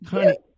Honey